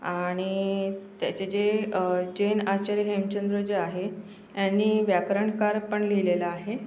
आणि त्याचे जे जैन आचार्य हेमचंद्र जे आहे यांनी व्याकरणकार पण लिहिलेलं आहे